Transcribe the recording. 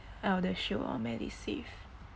eldershield or medisave